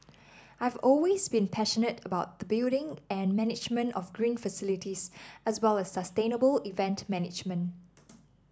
I have always been passionate about the building and management of green facilities as well as sustainable event management